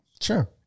sure